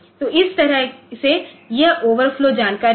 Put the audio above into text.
तो इस तरह से यह ओवरफ्लो जानकारी है